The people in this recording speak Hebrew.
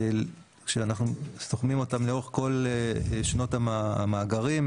כשאנחנו סוכמים אותם לאורך כל שנות המאגרים,